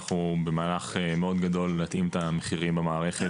אנחנו במהלך מאוד גדול להתאים את המחירים במערכת,